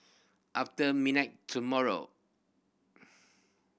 after midnight tomorrow